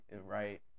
right